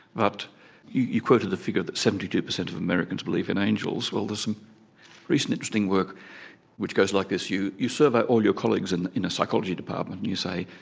but you quoted the figure that seventy two percent of americans believe in angels, well there's some recent interesting work which goes like this. you you survey all your colleagues and in a psychology department and you say.